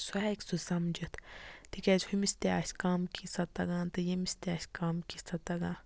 سُہ ہٮ۪کہِ سُہ سَمجِتھ تِکیٛازِ ہُمِس تہِ آسہِ کَم کینٛژاہ تَگان تہٕ ییمِس تہٕ آسہِ کَم کینٛژاہ تَگان